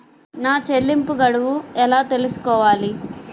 నా చెల్లింపు గడువు ఎలా తెలుసుకోవాలి?